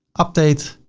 update.